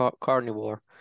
carnivore